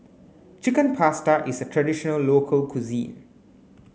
Chicken Pasta is a traditional local cuisine